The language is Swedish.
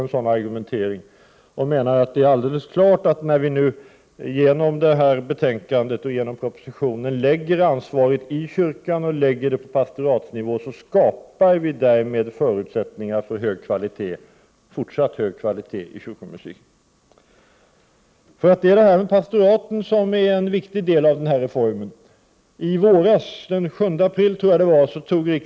En sådan argumentering har jag mycket svårt att ansluta mig till. När vi i och med propositionen och detta betänkande lägger ansvaret på kyrkan, på pastoratsnivå, skapar vi förutsättningar för fortsatt hög kvalitet i den kyrkomusikaliska verksamheten. Det är alldeles klart. Att vi lägger ansvaret på pastoratsnivå är en viktig del i denna reform.